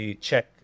check